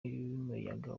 y’umuyaga